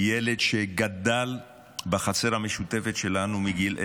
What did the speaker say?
ילד שגדל בחצר המשותפת שלנו מגיל אפס.